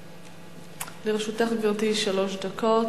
לרשותך, גברתי, שלוש דקות.